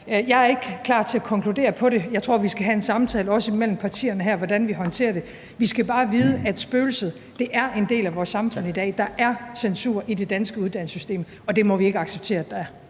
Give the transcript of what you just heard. jeg er ikke klar til at konkludere på det. Jeg tror, at vi skal have en samtale imellem partierne her om, hvordan vi håndterer det. Vi skal bare vide, at spøgelset er en del af vores samfund i dag. Der er censur i det danske uddannelsessystem, og det må vi ikke acceptere at der er.